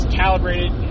calibrated